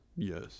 Yes